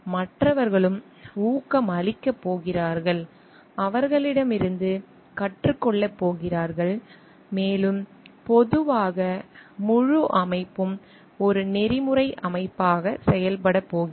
மற்றவர்களும் ஊக்கமளிக்கப் போகிறார்கள் அவர்களிடமிருந்து கற்றுக் கொள்ளப் போகிறார்கள் மேலும் மெதுவாக முழு அமைப்பும் ஒரு நெறிமுறை அமைப்பாக செயல்படப் போகிறது